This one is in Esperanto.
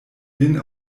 vin